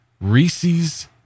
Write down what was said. Reese's